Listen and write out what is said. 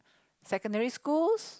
secondary schools